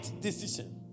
decision